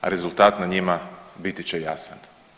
Rezultat na njima biti će jasan.